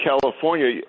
California